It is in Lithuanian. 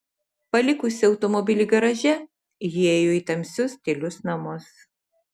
palikusi automobilį garaže ji įėjo į tamsius tylius namus